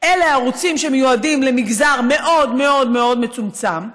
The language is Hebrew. אלה ערוצים שמיועדים למגזר מאוד מאוד מצומצם,